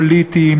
פוליטיים,